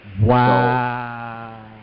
Wow